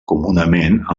comunament